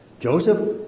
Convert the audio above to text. Joseph